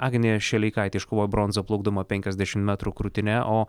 agnė šeleikaitė iškovojo bronzą plaukdama penkiasdešimt metrų krūtine o